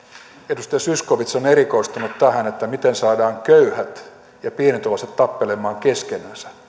edustaja zyskowicz on erikoistunut tähän miten saadaan köyhät ja pienituloiset tappelemaan keskenänsä